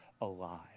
alive